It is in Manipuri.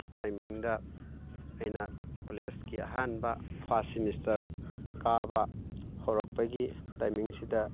ꯀꯤ ꯇꯥꯏꯃꯤꯡꯗ ꯑꯩꯅ ꯀꯣꯂꯦꯖꯀꯤ ꯑꯍꯥꯟꯕ ꯐꯥꯔꯁꯠ ꯁꯤꯃꯤꯁꯇꯔ ꯀꯥꯕ ꯍꯧꯔꯛꯄꯒꯤ ꯇꯥꯏꯃꯤꯡꯁꯤꯗ